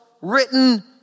written